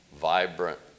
Vibrant